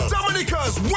Dominica's